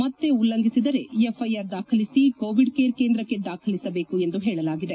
ಮತ್ತೆ ಉಲ್ಲಂಘಿಸಿದರೆ F I R ದಾಖಲಿಸಿ ಕೋವಿಡ್ ಕೇರ್ ಕೇಂದ್ರಕ್ಷೆ ದಾಖಲಿಸಬೇಕು ಎಂದು ಹೇಳಲಾಗಿದೆ